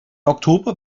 oktober